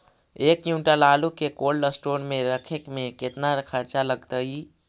एक क्विंटल आलू के कोल्ड अस्टोर मे रखे मे केतना खरचा लगतइ?